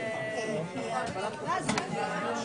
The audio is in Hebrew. היום יום